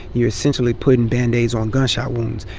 you're essentially putting band-aids on gunshot wounds.